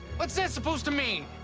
what's that supposed to mean?